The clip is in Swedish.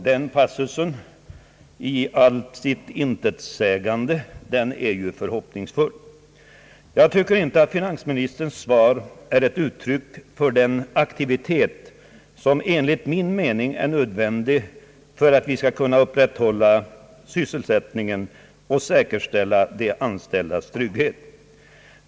Denna passus i allt sitt intetsägande är föga förhoppningsfull. Jag tycker inte att finansministerns svar är ett uttryck för den aktivitet som enligt min mening är nödvändig för att vi skall kunna upprätthålla sysselsättningen och säkerställa de anställdas trygghet.